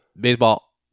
baseball